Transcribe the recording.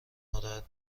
ناراحت